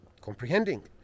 Comprehending